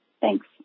Thanks